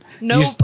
nope